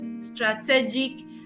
strategic